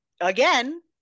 again